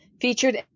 featured